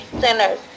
sinners